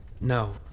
No